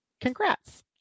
congrats